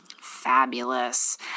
Fabulous